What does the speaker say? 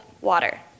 water